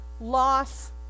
loss